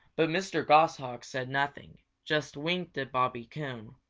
but mr. goshawk said nothing, just winked at bobby coon,